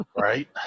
Right